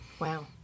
Wow